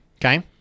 okay